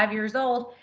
um years old,